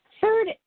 Third